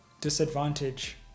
disadvantage